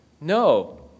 No